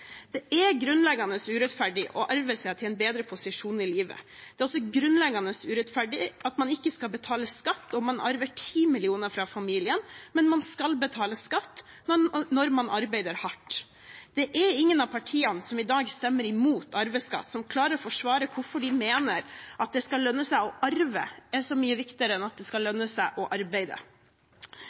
Det er grunnleggende urettferdig å arve seg til en bedre posisjon i livet. Det er også grunnleggende urettferdig at man ikke skal betale skatt når man arver 10 mill. kr fra familien, mens man skal betale skatt når man arbeider hardt. Det er ingen av partiene som i dag stemmer mot arveskatt, som klarer å forsvare hvorfor de mener at det at det skal lønne seg å arve, er så mye viktigere enn at det skal lønne seg å arbeide.